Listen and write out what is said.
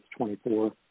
24